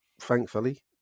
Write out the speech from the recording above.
thankfully